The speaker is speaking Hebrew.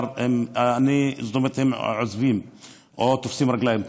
הם עוזבים או תופסים רגליים קרות.